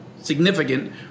significant